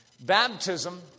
Baptism